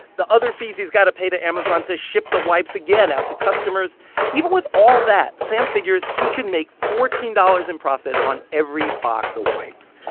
the other fees he's got to pay to amazon to ship the wipes again out to customers even with all that, sam figures he can make fourteen dollars in profit on every box of ah wipes.